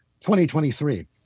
2023